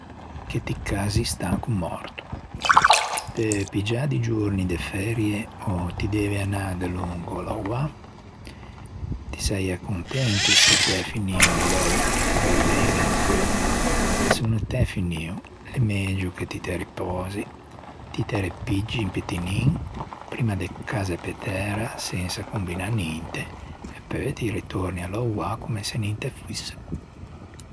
Che ti cazzi stanco morto, ti peu piggiâ di giorni de ferie o ti devi anâ delongo à louâ? Ti saiæ contento se t'æ finio o lou che t'aveivi in cheu ma se no t'æ finio l'é megio che ti te ripòsi, ti te repiggi un pittinin primma de cazze pe tæra sensa combinâ ninte e peu ti retorni à louâ comme se ninte foîse.